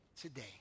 today